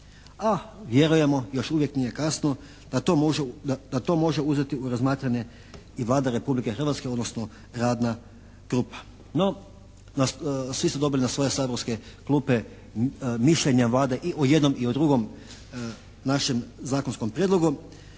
a vjerujemo još uvijek nije kasno da to može uzeti u razmatranje i Vlada Republike Hrvatske, odnosno radna grupa. No, svi su dobili na svoje saborske klupe mišljenja Vlade i o jednom i o drugom našem zakonskom prijedlogu